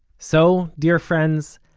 so, dear friends,